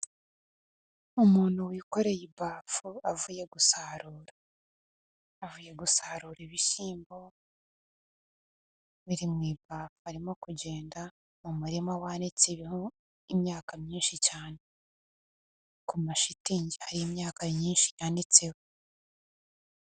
Umuntu wikoreye ibafu avuye gusarura, avuye gusarura ibishyimbo, biri mu ibafu arimo kugenda mu murima wanitseho imyaka myinshi cyane, ku mashitingi hari imyaka myinshi yanitseho.